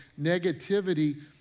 negativity